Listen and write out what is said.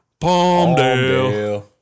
Palmdale